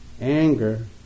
anger